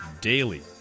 daily